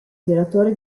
tiratore